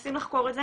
מנסים לחקור את זה,